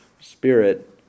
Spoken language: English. Spirit